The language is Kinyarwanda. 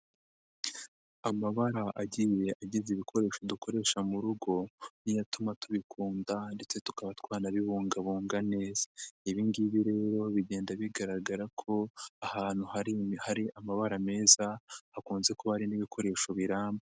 Amabara aginye agize ibikoresho dukoresha mu rugo niyo atuma tubikunda ndetse tukaba twanabibungabunga neza. Ibi ngibi rero bigenda bigaragara ko ahantu hari amabara meza hakunze kuba hari n'ibikoresho biramba.